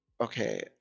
Okay